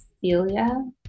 Celia